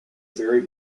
very